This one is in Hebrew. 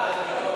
27 בעד,